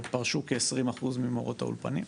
פרשו כ-20% ממורות האולפנים.